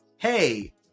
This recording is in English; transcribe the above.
hey